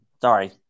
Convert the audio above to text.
Sorry